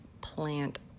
plant